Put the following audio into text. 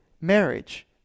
marriage